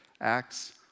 acts